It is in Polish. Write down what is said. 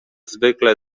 zwykle